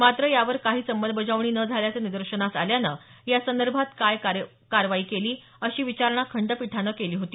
मात्र त्यावर काहीच अंमलबजावणी न झाल्याचं निदर्शनास आल्यानं यासंदर्भात काय कारवाई केली अशी विचारणा खंडपीठानं केली होती